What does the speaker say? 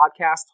podcast